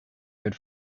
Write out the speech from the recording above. good